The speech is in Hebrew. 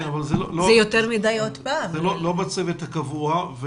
אבל זה לא בצוות הקבוע.